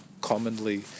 commonly